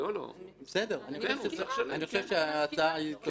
חושב שההצעה טובה.